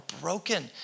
broken